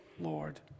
Lord